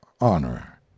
honor